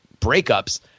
breakups